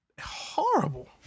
horrible